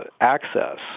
access